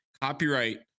copyright